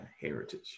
heritage